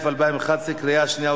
מגילת איכה קוראים בתשעה באב.